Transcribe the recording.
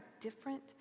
different